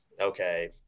okay